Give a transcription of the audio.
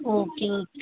okay